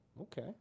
okay